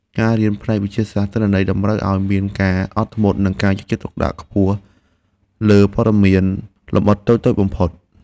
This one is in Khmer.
ការរៀនផ្នែកវិទ្យាសាស្ត្រទិន្នន័យតម្រូវឱ្យមានការអត់ធ្មត់ និងការយកចិត្តទុកដាក់ខ្ពស់លើព័ត៌មានលម្អិតតូចៗបំផុត។